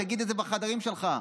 תגיד את זה בחדרים שלך.